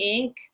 Inc